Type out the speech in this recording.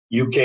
UK